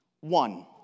One